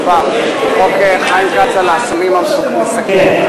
יש פה, דמוקרטיה.